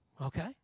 Okay